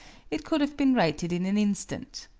it could have been righted in an instant.